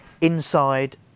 Inside